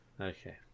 Okay